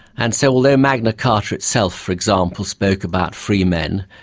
and so although magna carta itself, for example, spoke about free men,